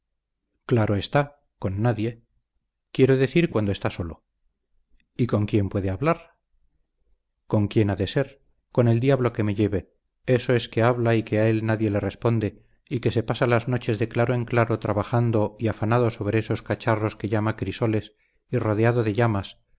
claro está con nadie quiero decir cuando está solo y con quién puede hablar con quién ha de ser con el diablo que me lleve ello es que habla y que a él nadie le responde y que se pasa las noches de claro en claro trabajando y afanado sobre esos cacharros que llama crisoles y rodeado de llamas